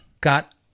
got